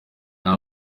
nta